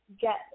get